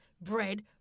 bread